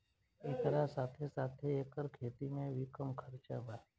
एकरा साथे साथे एकर खेती में भी कम खर्चा बा